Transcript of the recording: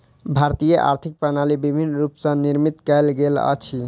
भारतीय आर्थिक प्रणाली विभिन्न रूप स निर्मित कयल गेल अछि